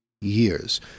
years